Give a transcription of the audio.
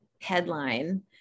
headline